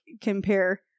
compare